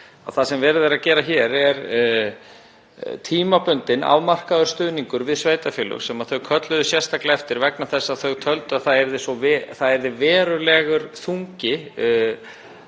það sem verið er að gera hér er tímabundinn afmarkaður stuðningur við sveitarfélög sem þau kölluðu sérstaklega eftir vegna þess að þau töldu að það yrði verulegur þungi